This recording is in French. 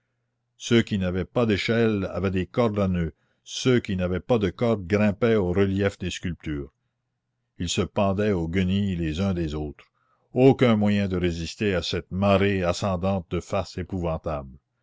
ceux qui n'avaient pas d'échelles avaient des cordes à noeuds ceux qui n'avaient pas de cordes grimpaient aux reliefs des sculptures ils se pendaient aux guenilles les uns des autres aucun moyen de résister à cette marée ascendante de faces épouvantables